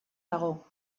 dago